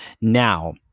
Now